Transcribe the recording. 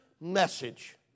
message